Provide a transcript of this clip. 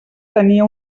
tenia